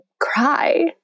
cry